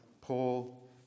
Paul